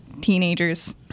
teenagers